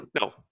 No